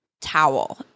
towel